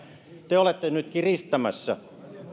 te te olette nyt kiristämässä